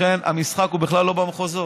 לכן המשחק הוא בכלל לא במחוזות.